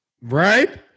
Right